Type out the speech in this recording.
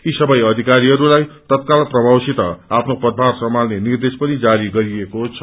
यी सवै अपिकारीहस्लाई ततकाल प्रभातिस आफ्नो पदभर सम्हाल्ने निर्देश पनि जारी गरिएको छ